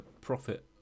profit